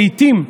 לעיתים,